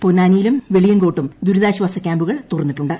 പൊന്നാനിയിലും വെളിയങ്കോട്ടും ദുരിതാശ്ചാസ ക്യാമ്പുകൾ തുറന്നിട്ടുണ്ട്